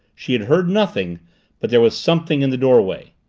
she had heard nothing but there was something in the doorway.